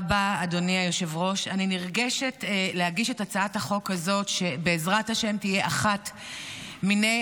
ותעבור לוועדת הכנסת לקביעת ועדה לצורך הכנתה לקריאה